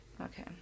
Okay